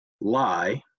lie